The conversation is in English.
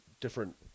different